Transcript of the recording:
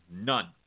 None